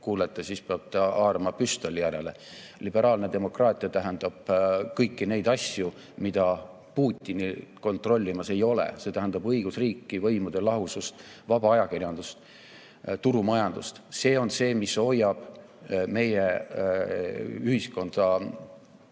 kuulete, siis peate haarama püstoli järele? Liberaalne demokraatia tähendab kõiki neid asju, mida Putin kontrollimas ei ole. See tähendab õigusriiki, võimude lahusust, vaba ajakirjandust, turumajandust. See on see, mis hoiab meie ühiskonda